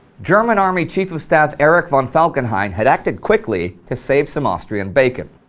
german army chief of staff erich von falkenhayn had acted quickly to save some austrian bacon.